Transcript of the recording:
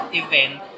event